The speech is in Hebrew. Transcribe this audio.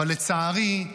אבל לצערי,